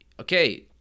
okay